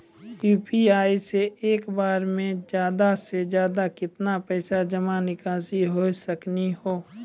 UPI से एक बार मे ज्यादा से ज्यादा केतना पैसा जमा निकासी हो सकनी हो?